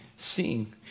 Seeing